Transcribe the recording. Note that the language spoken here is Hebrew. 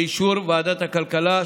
באישור ועדת הכלכלה,